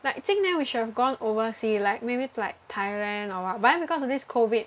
like 今年 we should have gone oversea like maybe to like Thailand or [what] but then because of this COVID